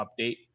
update